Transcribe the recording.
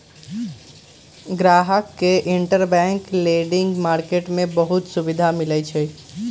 गाहक के interbank lending market में बहुते सुविधा मिलई छई